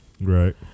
Right